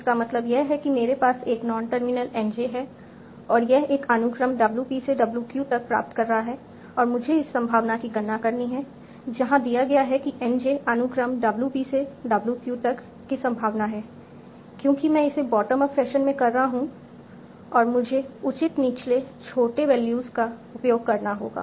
इसका मतलब यह है कि मेरे पास एक नॉन टर्मिनल N j है और यह एक अनुक्रम W p से W q तक प्राप्त कर रहा है और मुझे इस संभावना की गणना करनी है जहां दिया गया है कि N j अनुक्रम W p से W q तक की संभावना है क्योंकि मैं इसे बॉटम अप फैशन में कर रहा हूं और मुझे उचित निचलेछोटे वैल्यूज का उपयोग करना होगा